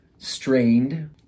strained